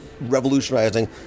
revolutionizing